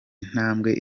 intambwe